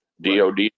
DoD